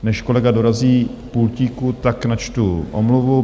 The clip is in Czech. Než kolega dorazí k pultíku, tak načtu omluvu.